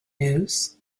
news